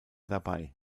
dabei